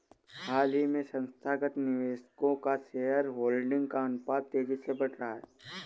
हाल ही में संस्थागत निवेशकों का शेयरहोल्डिंग का अनुपात तेज़ी से बढ़ रहा है